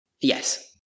Yes